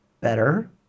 better